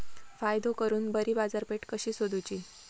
फायदो करून बरी बाजारपेठ कशी सोदुची?